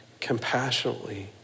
compassionately